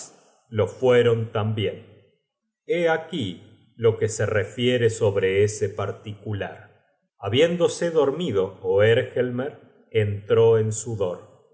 lo fueron tambien hé aquí lo que se refiere sobre ese particular habiéndose dormido oergelmer entró en sudor